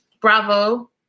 Bravo